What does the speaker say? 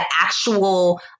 actual